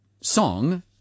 song